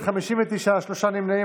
ההסתייגות (88) של קבוצת סיעת הליכוד,